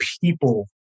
people